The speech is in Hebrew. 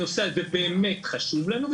הנושא הזה באמת חשוב לנו,